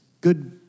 good